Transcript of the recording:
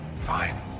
Fine